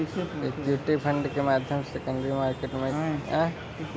equity fund के माध्यम से सेकेंडरी मार्केट में इक्विटी से संबंधित निवेश किया जाता है